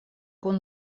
kun